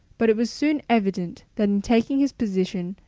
but it was soon evident that, in taking his position,